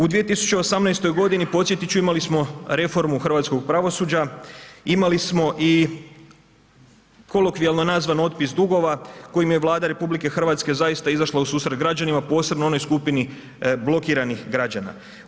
U 2018. godini posjetiti ću imali smo reformu hrvatskog pravosuđa, imali smo i kolokvijalno nazvano otpis dugova kojim je Vlada RH zaista izašla u susret građanima posebno onoj skupini blokiranih građana.